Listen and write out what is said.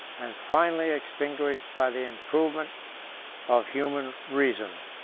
and finally extinguished by the improvement of human reason.